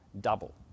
double